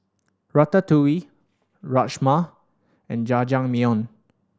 Ratatouille Rajma and Jajangmyeon